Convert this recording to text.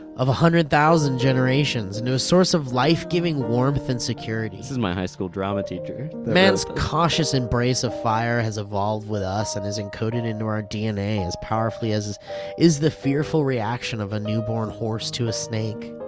of a hundred thousand generations, no source of life giving warmth and security, this is my high school drama teacher. man's cautious embrace of fire has evolved with us and is encoded into out ah dna as powerfully as is is the fearful reaction of a newborn horse to a snake.